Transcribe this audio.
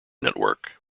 network